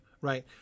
Right